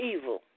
evil